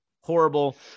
Horrible